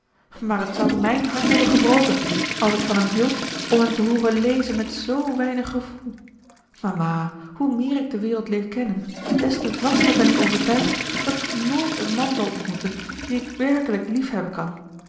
maar t zou mijn hart hebben gebroken als ik van hem hield om hem te hooren lezen met z weinig gevoel mama hoe meer ik de wereld leer kennen des te vaster ben ik overtuigd dat ik nooit een man zal ontmoeten dien ik werkelijk liefhebben kan